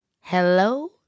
Hello